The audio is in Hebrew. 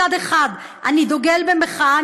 מצד אחד: אני דוגל במחאה,